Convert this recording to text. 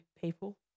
people